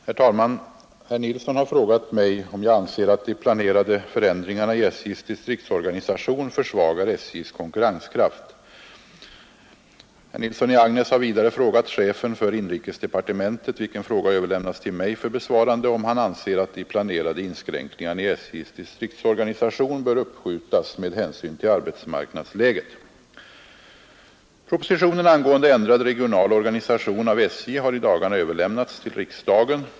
Herr talman! Herr Nilsson i Agnäs har frågat, om jag anser att de planerade förändringarna i SJ:s distriktsorganisation försvagar SJ:s konkurrenskraft. Herr Nilsson har vidare frågat chefen för inrikesdepartementet — vilken fråga överlämnats till mig för besvarande — om han anser att de planerade inskränkningarna i SJ:s distriktsorganisation bör uppskjutas med hänsyn till arbetsmarknadsläget. Propositionen angående ändrad regional organisation av SJ har i dagarna överlämnats till riksdagen.